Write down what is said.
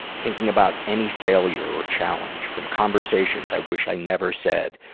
thinking about any failure or challenge from conversations i wish i never said.